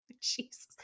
Jesus